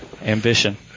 Ambition